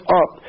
up